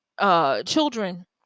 Children